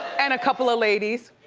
and a couple of ladies.